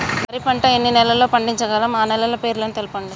వరి పంట ఎన్ని నెలల్లో పండించగలం ఆ నెలల పేర్లను తెలుపండి?